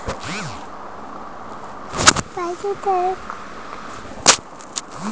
సాధారణంగా గొర్రెల నుంచి సంవత్సరానికి ఒకసారి వసంతకాలంలో ఉన్నిని కత్తిరిస్తారు